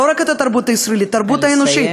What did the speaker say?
לא רק את התרבות הישראלית, התרבות האנושית.